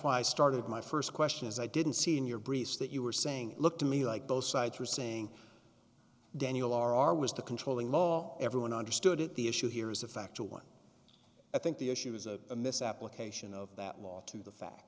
why i started my st question is i didn't see in your briefs that you were saying look to me like both sides were saying daniel are was the controlling law everyone understood it the issue here is a factual one i think the issue is a misapplication of that law to the fact